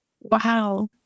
Wow